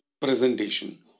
presentation